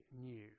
new